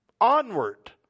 onward